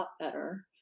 better